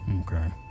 Okay